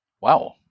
Wow